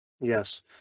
Yes